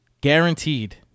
guaranteed